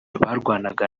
barwanaga